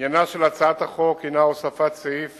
עניינה של הצעת החוק הוא הוספת סעיף